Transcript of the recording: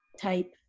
type